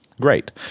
Great